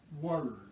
word